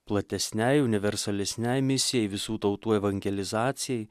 platesnei universalesnei misijai visų tautų evangelizacijai